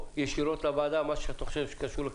יש ביקוש ויש מחסור.